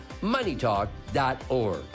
moneytalk.org